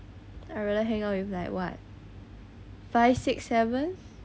I rather hang out with like what five six seven